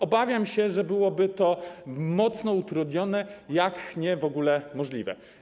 Obawiam się, że byłoby to mocno utrudnione, jeśli nie w ogóle niemożliwe.